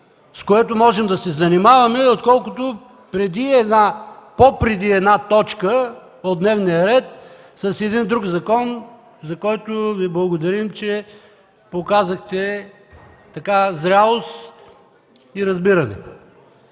с което можем да се занимаваме, отколкото по-преди една точка от дневния ред с един друг закон, за който Ви благодарим, че показахте зрялост и разбиране.